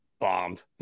Bombed